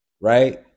Right